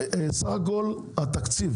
להתחיל לחלק את התקציב